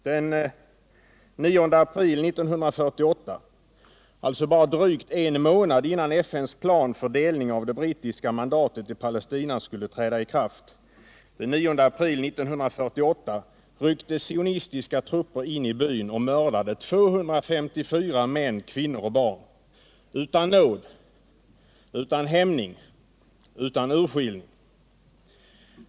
Den 9 april 1948, alltså bara drygt en månad innan FN:s plan för delning av det brittiska mandatet i Palestina skulle träda i kraft, ryckte sionistiska trupper in i byn och mördade 254 män, kvinnor och barn, utan nåd, utan hämning, utan urskillning.